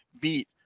beat